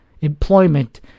employment